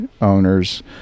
owners